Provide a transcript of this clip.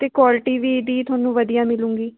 ਅਤੇ ਕੁਆਲਟੀ ਵੀ ਇਹਦੀ ਤੁਹਾਨੂੰ ਵਧੀਆ ਮਿਲੂਗੀ